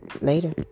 Later